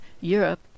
Europe